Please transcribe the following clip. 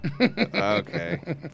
Okay